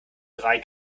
drei